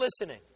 listening